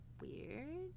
weird